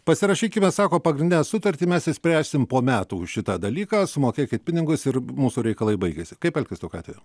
pasirašykime sako pagrindinę sutartį mes išspręsime po metų už šitą dalyką sumokėkit pinigus ir mūsų reikalai baigiasi kaip elgtis tokiu atveju